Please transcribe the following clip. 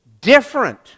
different